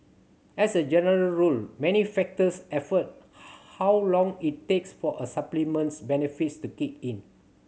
as a general rule many factors affect how long it takes for a supplement's benefits to kick in